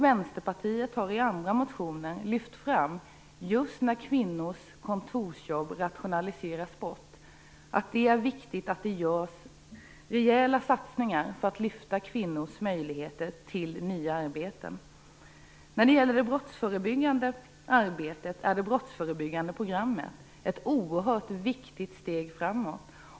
Vänsterpartiet har i andra motioner lyft fram att det när kvinnors kontorsjobb rationaliseras bort är viktigt med rejäla satsningar på att förbättra kvinnors möjligheter att få nya arbeten. När det gäller det brottsförebyggande arbetet är det brottsförebyggande programmet ett oerhört viktigt steg framåt.